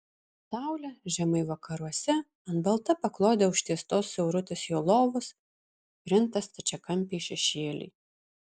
saulė žemai vakaruose ant balta paklode užtiestos siaurutės jo lovos krinta stačiakampiai šešėliai